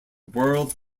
world